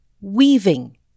weaving